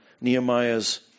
Nehemiah's